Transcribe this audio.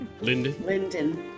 Linden